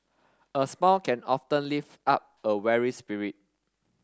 a smile can often lift up a weary spirit